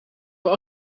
voor